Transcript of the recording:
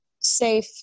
safe